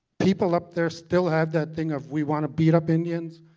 people up there still have that thing of, we want to beat up indians,